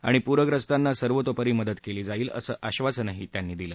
आणि पुरग्रस्तांना सर्वतोपरी मदत केली जाईल असं आश्वासन त्यांनी यावेळी दिलं